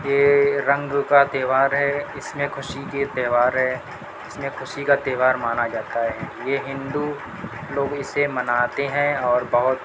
یہ رنگ کا تہوار ہے اس میں خوشی کے تہوار ہے اس میں خوشی کا تہوار مانا جاتا ہے یہ ہندو لوگ اسے مناتے ہیں اور بہت